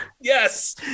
Yes